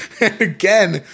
Again